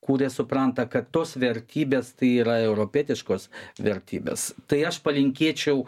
kurie supranta kad tos vertybės tai yra europietiškos vertybės tai aš palinkėčiau